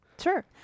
Sure